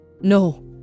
No